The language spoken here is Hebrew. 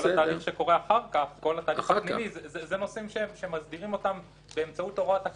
כל התהליך שקורה אחר כך מוסדר באמצעות הוראת תכ"ם.